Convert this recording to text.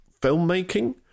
filmmaking